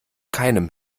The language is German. keinem